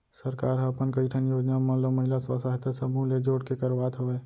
सरकार ह अपन कई ठन योजना मन ल महिला स्व सहायता समूह ले जोड़ के करवात हवय